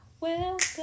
welcome